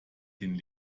den